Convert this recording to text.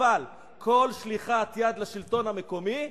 אבל כל שליחת יד לשלטון המקומי,